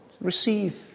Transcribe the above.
Receive